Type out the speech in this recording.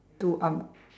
to up~